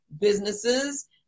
businesses